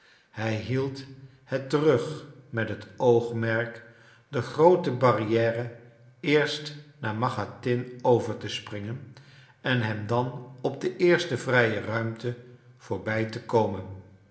hij hield het terug met het oogmerk de groote barrière eerst na machatin over te springen en hem dan op de eerste vrije ruimte voorbij te komen